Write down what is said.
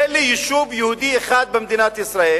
תן לי יישוב יהודי אחד במדינת ישראל